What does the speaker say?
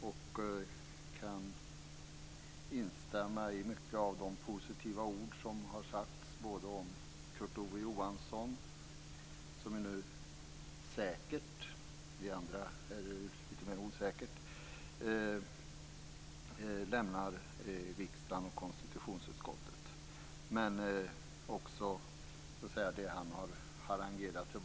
Jag kan instämma i många av de positiva ord som har sagts både om Kurt Ove Johansson, som vi säkert vet lämnar riksdagen och konstitutionsutskottet. Hur det blir med oss andra är litet mer osäkert.